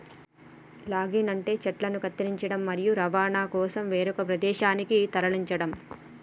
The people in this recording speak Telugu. లాగింగ్ అంటే చెట్లను కత్తిరించడం, మరియు రవాణా కోసం వేరొక ప్రదేశానికి తరలించడం